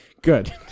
Good